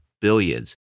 billions